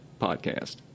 podcast